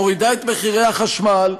מורידה את מחירי החשמל,